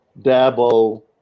Dabo